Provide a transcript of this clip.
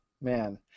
man